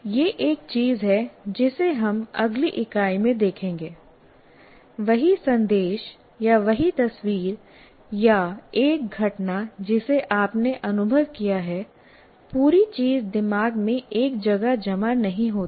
यह एक चीज है जिसे हम अगली इकाई में देखेंगे वही संदेश या वही तस्वीर या एक घटना जिसे आपने अनुभव किया है पूरी चीज दिमाग में एक जगह जमा नहीं होती